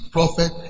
Prophet